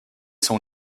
sont